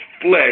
flesh